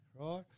Right